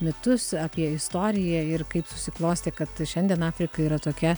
mitus apie istoriją ir kaip susiklostė kad šiandien afrika yra tokia